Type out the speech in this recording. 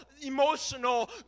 emotional